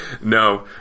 No